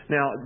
Now